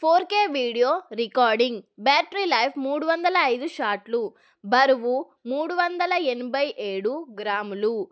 four K video recording battery life మూడు వందల ఐదు షాట్లు బరువు మూడు వందల ఎనభై ఏడు గ్రాములు